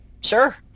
Sure